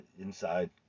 inside